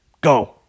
go